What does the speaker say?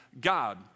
god